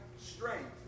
strength